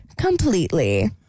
completely